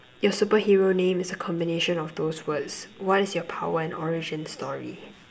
your superhero name is a combination of those words what is your power and origin story